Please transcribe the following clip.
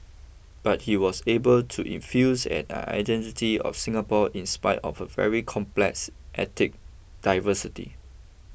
but he was able to infuse an identity of Singapore in spite of a very complex ethnic diversity